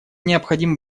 необходимо